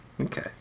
okay